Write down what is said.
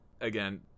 Again